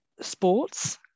sports